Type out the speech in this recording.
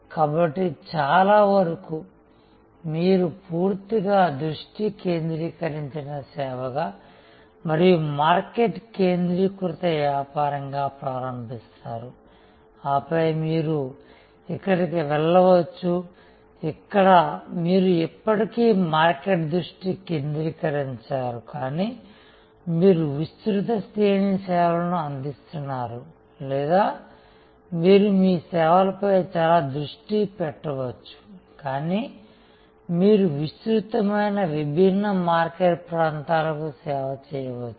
కాబట్టి చాలావరకు మీరు పూర్తిగా దృష్టి కేంద్రీకరించిన సేవగా మరియు మార్కెట్ కేంద్రీకృత వ్యాపారంగా ప్రారంభిస్తారు ఆపై మీరు ఇక్కడకు వెళ్లవచ్చు ఇక్కడ మీరు ఇప్పటికీ మార్కెట్ దృష్టి కేంద్రీకరించారు కానీ మీరు విస్తృత శ్రేణి సేవలను అందిస్తున్నారు లేదా మీరు మీ సేవపై చాలా దృష్టి పెట్టవచ్చు కానీ మీరు విస్తృతమైన విభిన్న మార్కెట్ ప్రాంతాలకు సేవ చేయవచ్చు